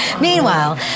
Meanwhile